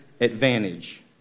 advantage